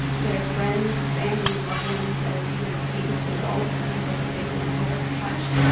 their friends, family, loved ones, and even acquaintances all of the people that they would have touched,